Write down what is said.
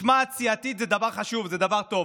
משמעת סיעתית, זה דבר חשוב, זה דבר טוב,